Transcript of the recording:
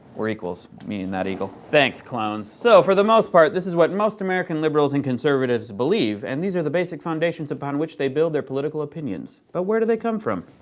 we're equals, me and that eagle. thanks clones. so, for the most part, this is what most american liberals and conservatives believe, and these are the basic foundations upon which they build their political opinions. but where do they come from?